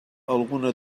alguna